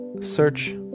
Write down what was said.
search